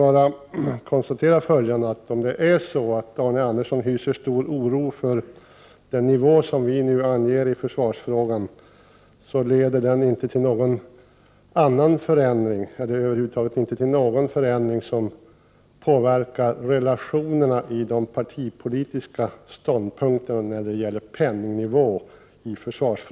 Arne Andersson hyser stor oro för den nivå som vi nu anger i anslagsfrågan, men såvitt jag förstår leder den oron inte till någon förändring av relationerna i fråga om de partipolitiska ståndpunkterna vad avser beloppens storlek.